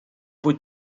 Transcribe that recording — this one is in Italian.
poi